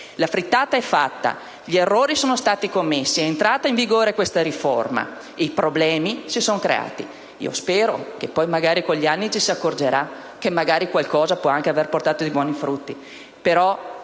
La frittata è fatta, gli errori sono stati commessi, è entrata in vigore questa riforma e i problemi si sono creati. Spero che poi, con gli anni, ci si accorga che magari qualcosa potrà anche aver portato buoni frutti.